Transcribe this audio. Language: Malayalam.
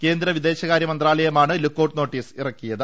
കേന്ദ്ര വിദേശകാര്യ മന്ത്രാലയമാണ് ലുക്കൌട്ട് നോട്ടീസ് ഇറക്കിയത്